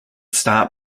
start